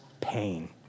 pain